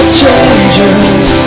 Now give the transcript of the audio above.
changes